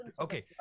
Okay